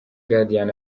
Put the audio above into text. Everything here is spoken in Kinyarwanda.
guardian